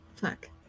fuck